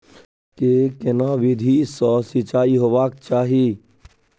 के केना विधी सॅ सिंचाई होबाक चाही?